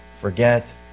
forget